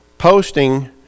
Posting